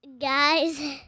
guys